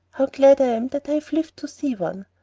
how glad i am that i have lived to see one.